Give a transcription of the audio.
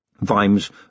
Vimes